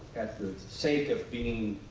at the sake of being